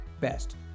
best